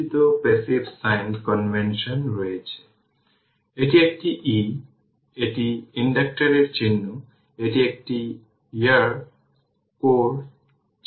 সুতরাং Rw এর উপস্থিতি উভয়ই একটি এনার্জি ডিসিপেশন ডিভাইস তৈরি করে কারণ সেখানে রেজিস্টেন্স রয়েছে এবং তারপরে ইন্ডাক্টর স্টোর এনার্জি হিট আকারে বিলুপ্ত হতে পারে কারণ রেজিস্টর বলা হয় যে Rw এবং Cw খুব ছোট এবং তাই তারা অধিকাংশ ফিল্ড এ ইগনোর করা যেতে পারে